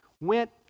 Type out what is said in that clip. went